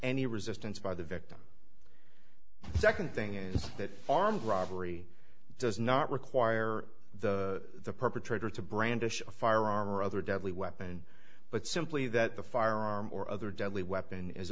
any resistance by the victim the second thing is that armed robbery does not require the perpetrator to brandish a firearm or other deadly weapon but simply that the firearm or other deadly weapon is